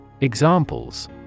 Examples